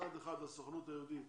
מצד אחד הסוכנות היהודית